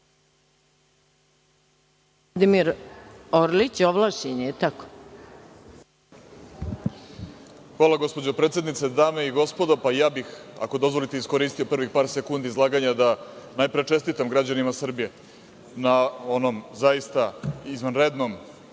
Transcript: **Vladimir Orlić** Hvala, gospođo predsednice. Dame i gospodo, ja bih, ako dozvolite, iskoristio prvih par sekundi izlaganja da najpre čestitam građanima Srbije na onom zaista izvanrednom,